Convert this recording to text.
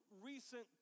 recent